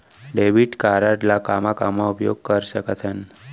Debit card ला कामा कामा उपयोग कर सकथन?